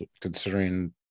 considering